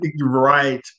Right